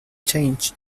changed